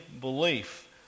belief